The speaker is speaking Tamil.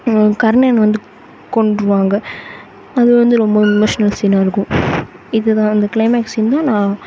கர்ணன் வந்து கொன்றுடுவாங்க அது வந்து ரொம்ப எமோஷ்னல் சீனாக இருக்கும் இதுதான் இந்த கிளைமேக்ஸ் சீன் தான் நான்